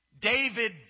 David